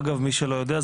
אגב מי שלא יודע,